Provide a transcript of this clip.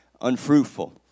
unfruitful